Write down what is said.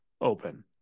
open